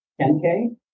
10K